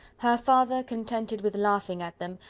her father, contented with laughing at them,